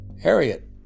Harriet